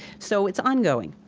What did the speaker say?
so it's ongoing.